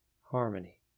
harmony